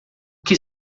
que